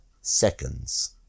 seconds